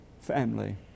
family